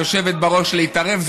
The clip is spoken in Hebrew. היושבת-ראש, לא יכולה להתערב.